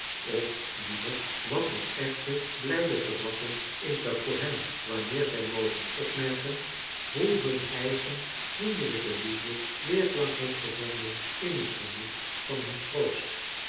of liever wat een echte blijde verrassing is dat voor hen wanneer zij mogen opmerken hoe hun eigen vriendelijke liefde weerklank heeft gevonden in het gemoed van hun kroost